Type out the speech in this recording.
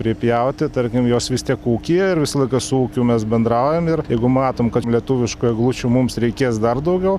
pripjauti tarkim jos vis tiek ūkyje ir visą laiką su ūkiu mes bendraujam ir jeigu matom kad lietuviškų eglučių mums reikės dar daugiau